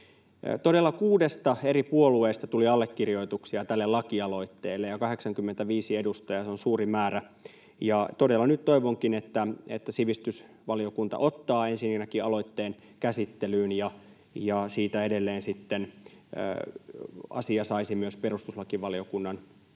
Todella kuudesta eri puolueesta tuli allekirjoituksia tälle lakialoitteelle, ja 85 edustajaa on suuri määrä. Nyt todella toivonkin, että sivistysvaliokunta ottaa ensinnäkin aloitteen käsittelyyn ja siitä edelleen sitten asia saisi myös perustuslakivaliokunnan huomion